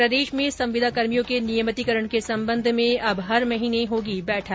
प्रदेश में संविदा कर्मियों के नियमितीकरण के सबंध में अब हर महीने होगी बैठक